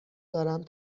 دارم